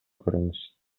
көрүңүз